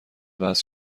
وصل